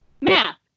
Math